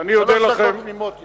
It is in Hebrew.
המשך הקפאת הבנייה למפוני